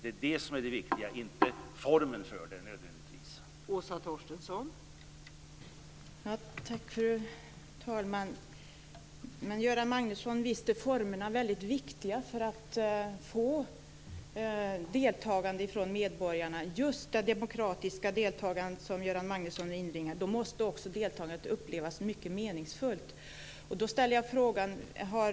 Det är det viktiga, inte nödvändigtvis formen för det.